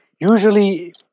usually